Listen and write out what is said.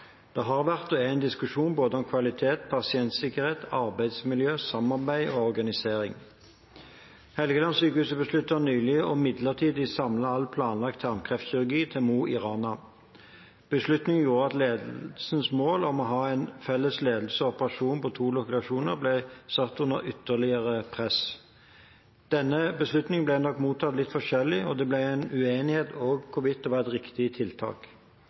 Det har vært og er en diskusjon om både kvalitet, pasientsikkerhet, arbeidsmiljø, samarbeid og organisering. Helgelandssykehuset besluttet nylig midlertidig å samle all planlagt tarmkreftkirurgi i Mo i Rana. Beslutningen gjorde at ledelsens mål om å ha en felles ledelse og operasjoner på to lokasjoner ble satt under ytterligere press. Denne beslutningen ble nok mottatt litt forskjellig, og det ble en uenighet om hvorvidt dette var et riktig tiltak.